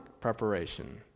preparation